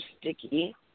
sticky